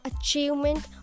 achievement